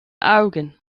augen